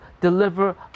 deliver